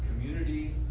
community